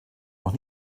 noch